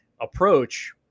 approach